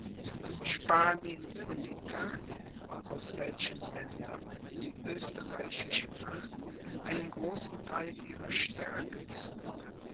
spanien und italien aus welchen ländern die österreichische macht einen großen theil ihrer stärke zog